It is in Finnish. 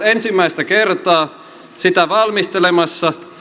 ensimmäistä kertaa sitä valmistelemassa